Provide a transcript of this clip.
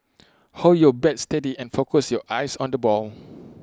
hold your bat steady and focus your eyes on the ball